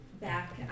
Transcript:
Back